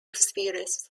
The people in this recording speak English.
spheres